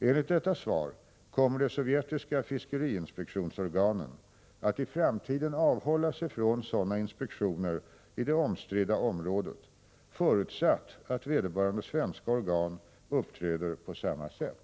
Enligt detta svar kommer de sovjetiska fiskeriinspektionsorganen att i framtiden avhålla sig från sådana inspektioner i det omstridda området förutsatt att vederbörande svenska organ uppträder på samma sätt.